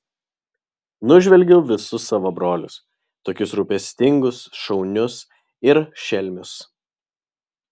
nužvelgiau visus savo brolius tokius rūpestingus šaunius ir šelmius